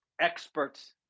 experts